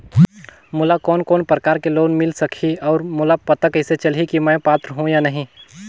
मोला कोन कोन प्रकार के लोन मिल सकही और मोला पता कइसे चलही की मैं पात्र हों या नहीं?